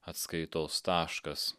atskaitos taškas